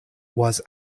was